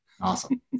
Awesome